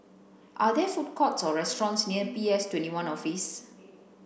are there food courts or restaurants near P S twenty one Office